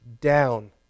down